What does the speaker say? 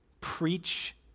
Preach